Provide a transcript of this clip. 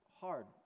hard